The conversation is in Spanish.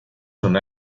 son